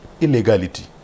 illegality